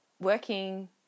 working